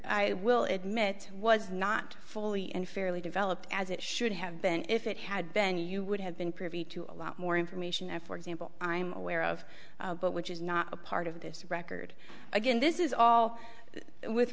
i will admit was not fully and fairly developed as it should have been if it had been you would have been privy to a lot more information and for example i'm aware of but which is not a part of this record again this is all with